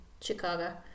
Chicago